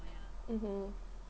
mmhmm